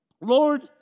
Lord